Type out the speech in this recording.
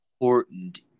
important